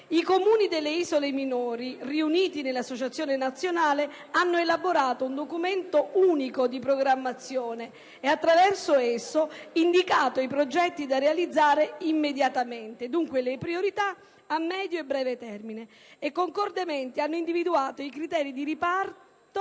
i Comuni delle isole minori, riuniti nell'Associazione nazionale dei Comuni delle isole minori, hanno elaborato un Documento unico di programmazione e, attraverso esso, indicato i progetti da realizzare immediatamente (dunque, le priorità a medio e breve termine); concordemente hanno individuato i criteri di riparto,